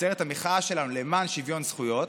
עצרת המחאה שלנו למען שוויון זכויות.